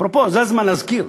אפרופו, זה הזמן להזכיר,